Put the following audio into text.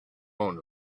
own